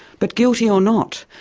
but guilty or not,